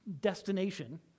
destination